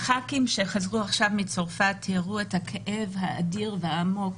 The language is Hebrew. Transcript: הח"כים שחזרו עכשיו מצרפת הראו את הכאב האדיר והעמוק